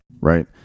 Right